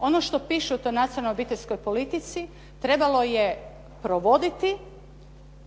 ono što piše u toj nacionalnoj obiteljskoj politici trebalo je provoditi